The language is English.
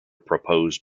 proposed